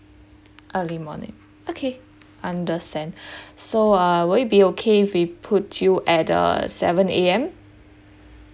early morning okay understand so uh will you be okay if we put you at seven A_M